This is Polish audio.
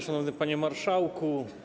Szanowny Panie Marszałku!